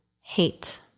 hate